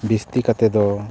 ᱵᱤᱥᱛᱤ ᱠᱟᱛᱮᱫ ᱫᱚ